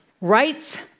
Rights